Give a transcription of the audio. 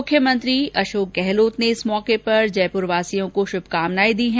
मुख्यमंत्री अशोक गहलोत ने इस मौके पर जयपुर के निवासियों को श्भकामनाएं दी है